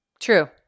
true